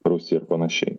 rusiją ir panašiai